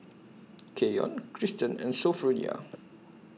Keyon Kristen and Sophronia